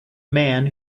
man